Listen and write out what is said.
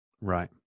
Right